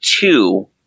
two